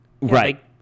Right